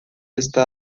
está